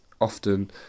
often